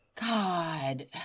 God